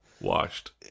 washed